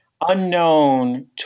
unknown